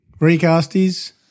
Recasties